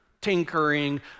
tinkering